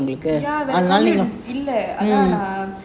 இல்ல:illa